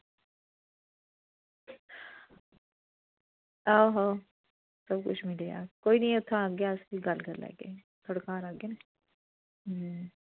आहो सब कुछ मिली जाह्ग कोई निं ऐ इत्थें अस भी गल्ल करी लैगे थुआढ़े घर आह्गे ना अं